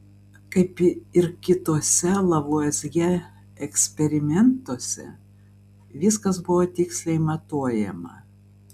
kaip ir kituose lavuazjė eksperimentuose viskas buvo tiksliai matuojama